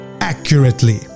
accurately